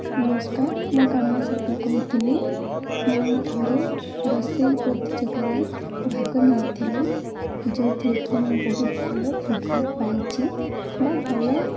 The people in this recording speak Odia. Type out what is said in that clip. ନମସ୍କାର ମୁଁ କାମନା ସର୍କାର୍ କହୁଥିଲି ମୁଁ ଥରେ ରୋଷେଇ ପ୍ରତିଯୋଗରେ ଭାଗ ନେଇଥିଲି ଯେଉଁଥିରେ କିି ମୁଁ ବହୁତ ଭଲ ଫିଡ଼୍ବ୍ୟାକ୍ ପାଇଛିି ବା ଭଲ